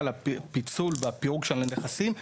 על הפיצול והפירוק של הנכסים.